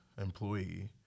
employee